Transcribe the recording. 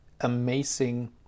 amazing